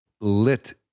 lit